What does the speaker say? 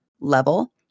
level